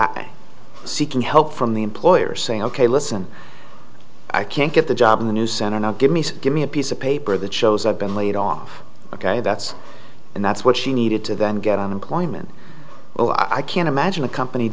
seeking help from the employer saying ok listen i can't get the job in the news center now give me give me a piece of paper that shows i've been laid off ok that's and that's what she needed to then get unemployment oh i can't imagine a company